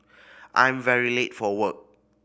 I'm very late for work